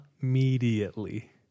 immediately